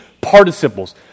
participles